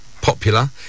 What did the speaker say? popular